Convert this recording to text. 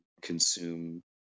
consume